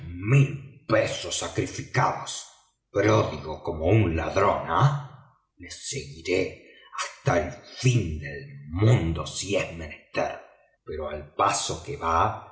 mil libras sacrificadas pródigo como un ladrón ah lo seguiré hasta el fin del mundo si es menester pero al paso que va